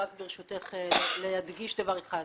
רק ברשותך להדגיש דבר אחד.